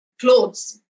clothes